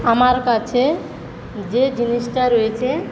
আমার কাছে যে জিনিসটা রয়েছে